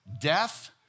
death